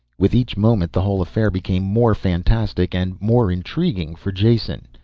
with each moment the whole affair became more fantastic and more intriguing for jason.